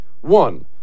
One